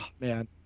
Man